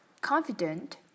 confident